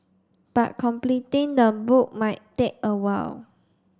but completing the book might take a while